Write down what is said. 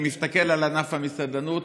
אני מסתכל על ענף המסעדנות.